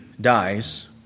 dies